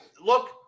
look